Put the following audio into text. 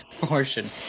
portion